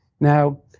Now